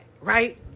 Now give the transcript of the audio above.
right